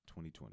2020